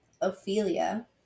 Ophelia